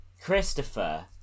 Christopher